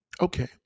Okay